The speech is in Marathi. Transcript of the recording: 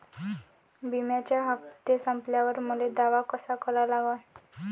बिम्याचे हप्ते संपल्यावर मले दावा कसा करा लागन?